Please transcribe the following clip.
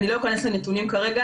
אני לא אכנס לנתונים כרגע,